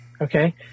Okay